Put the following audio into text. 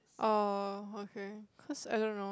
oh okay cause I don't know